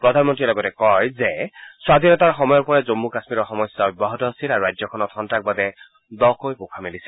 প্ৰধানমন্ত্ৰীয়ে লগতে কয় যে স্বাধীনতাৰ সময়ৰ পৰাই জন্মু কাশ্মীৰৰ সমস্যা অব্যাহত আছিল আৰু ৰাজ্যখনত সন্তাসবাদে দকৈ পোখা মেলিছিল